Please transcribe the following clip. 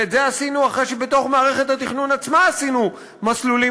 ואת זה עשינו אחרי שבתוך מערכת התכנון עצמה עשינו מסלולים